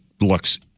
looks